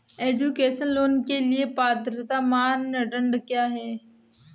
Education loan के लिए पात्रता मानदंड क्या है?